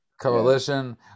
Coalition